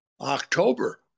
october